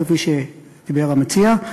כפי שדיבר המציע,